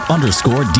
underscore